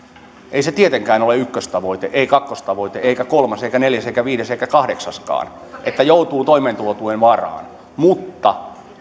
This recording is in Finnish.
ei se tietenkään ole ykköstavoite ei kakkostavoite eikä kolmas eikä neljäs eikä viides eikä kahdeksaskaan että joutuu toimeentulotuen varaan mutta